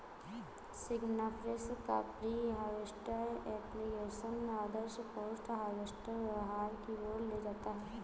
सिग्नाफ्रेश का pre harvest application आदर्श post harvest व्यवहार की ओर ले जाता है